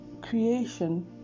creation